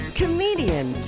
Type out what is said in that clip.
comedian